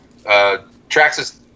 Traxxas